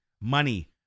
Money